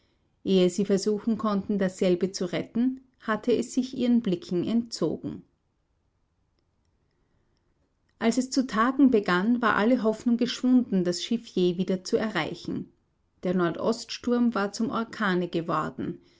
ehe sie versuchen konnten dasselbe zu retten hatte es sich ihren blicken entzogen als es zu tagen begann war alle hoffnung geschwunden das schiff je wieder zu erreichen der nordoststurm war zum orkane geworden